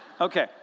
Okay